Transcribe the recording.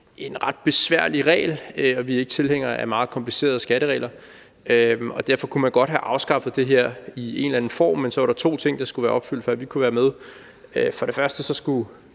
en ret besværlig regel, og vi er ikke tilhængere af meget komplicerede skatteregler, og derfor kunne man godt have afskaffet det her i en eller anden form, men så var der to ting, der skulle være opfyldt, før vi kunne være med. For det første skulle